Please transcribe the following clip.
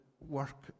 work